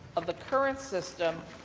of the current system,